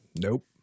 Nope